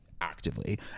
actively